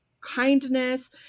kindness